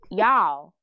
y'all